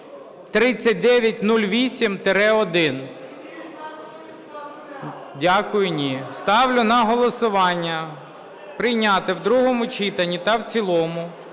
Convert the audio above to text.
3908-1. Дякую, ні. Ставлю на голосування прийняти в другому читанні та в цілому